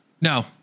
No